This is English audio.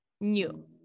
new